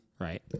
Right